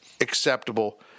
acceptable